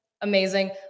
Amazing